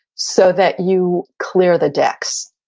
so that you clear the decks,